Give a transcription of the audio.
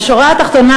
בשורה התחתונה,